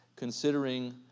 considering